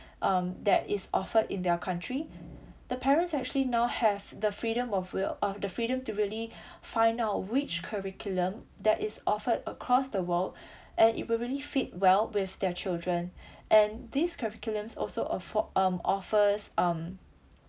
um that is offered in their country the parents actually now have the freedom of will uh the freedom to really find out which curriculum that is offered across the world and it will really fit well with their children and this curriculum also afford um offers um